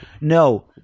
No